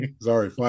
Sorry